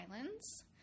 islands